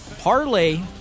parlay